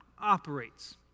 operates